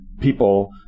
people